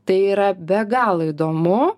tai yra be galo įdomu